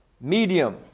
medium